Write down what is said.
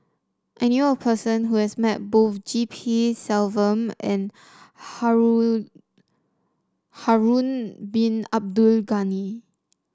I knew a person who has met both G P Selvam and Harun Harun Bin Abdul Ghani